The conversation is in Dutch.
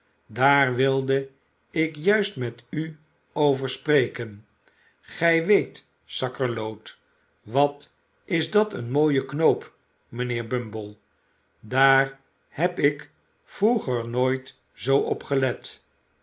daar wilde ik juist met u over spreken gij weet sakkerloot wat is dat een mooie knoop mijnheer bumble daar heb ik vroeger nooit zoo